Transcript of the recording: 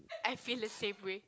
I feel the same way